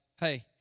hey